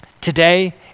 today